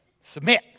submit